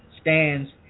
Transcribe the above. Stands